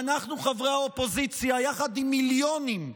ואנחנו, חברי האופוזיציה, יחד עם מיליונים,